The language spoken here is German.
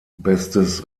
bestes